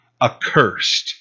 accursed